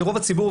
שרוב הציבור,